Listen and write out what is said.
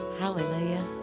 Hallelujah